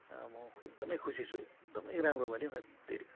म एकदमै खुसी छु एकदमै राम्रो भयो नि हत्तेरिका